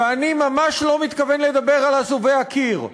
ואני ממש לא מתכוון לדבר על אזובי הקיר,